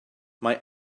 mae